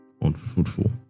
unfruitful